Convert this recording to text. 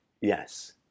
yes